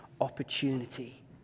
opportunity